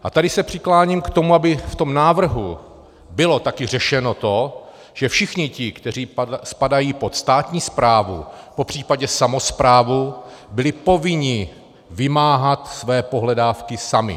A tady se přikláním k tomu, aby v tom návrhu bylo taky řešeno to, že všichni ti, kteří spadají pod státní správu, popřípadě samosprávu, byli povinni vymáhat své pohledávky sami.